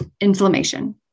inflammation